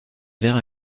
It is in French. verre